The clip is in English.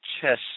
chess